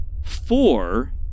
four